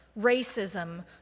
racism